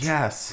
Yes